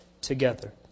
together